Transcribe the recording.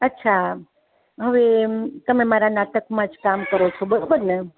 અચ્છા હવે તમે મારા નાટકમાં જ કામ કરો છો બરાબર ને